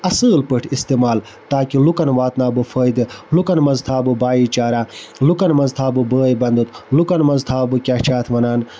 اَصۭل پٲٹھۍ اِستعمال تاکہِ لُکَن واتناو بہٕ فٲیدٕ لُکَن مَنٛز تھاو بہٕ بھایی چارارہ لُکَن مَنٛز تھاو بہٕ بٲے بَندُت لُکَن مَنٛز تھاو بہٕ کیاہ چھِ اتھ وَنان